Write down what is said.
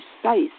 precise